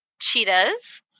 Cheetahs